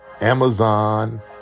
Amazon